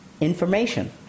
information